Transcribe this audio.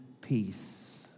peace